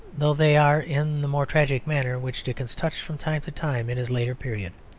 though they are in the more tragic manner which dickens touched from time to time in his later period.